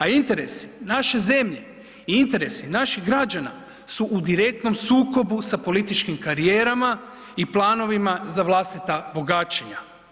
A interesi naše zemlje i interesi naših građana su u direktnom sukobu sa političkim karijerama i planovima za vlastita bogaćenja.